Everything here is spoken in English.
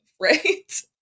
Right